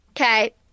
Okay